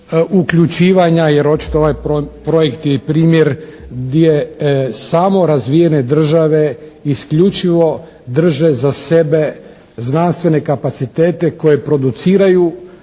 uključivanja jer očito ovaj projekt je i primjer gdje samo razvijene države isključivo drže za sebe znanstvene kapacitete koje produciraju